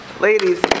ladies